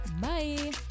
bye